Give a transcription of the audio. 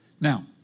Now